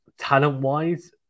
Talent-wise